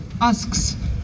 asks